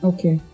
Okay